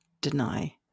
deny